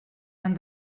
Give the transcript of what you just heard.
man